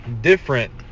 different